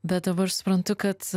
bet dabar suprantu kad